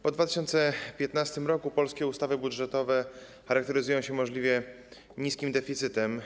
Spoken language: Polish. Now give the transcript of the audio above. Po 2015 r. polskie ustawy budżetowe charakteryzują się możliwie niskim deficytem.